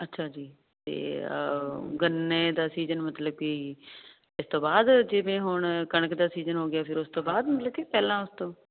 ਮੈਂ ਅੱਛਾ ਜੀ ਤੇ ਗੰਨੇ ਦਾ ਸੀਜਨ ਮਤਲਬ ਕੀ ਉਸ ਤੋਂ ਬਾਅਦ ਜਿਵੇਂ ਹੁਣ ਕਣਕ ਦਾ ਸੀਜ਼ਨ ਹੋ ਗਿਆ ਫਿਰ ਉਸ ਤੋਂ ਬਾਅਦ ਪਹਿਲਾਂ ਉਸਤੋਂ